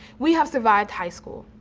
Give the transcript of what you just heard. we have survive high school.